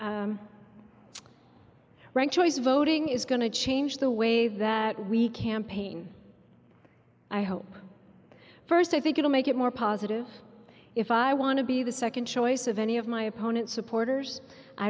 elections rank choice voting is going to change the way that we campaign i hope first i think it'll make it more positive if i want to be the second choice of any of my opponent supporters i